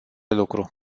lucru